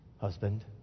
Husband